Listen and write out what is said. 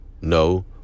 No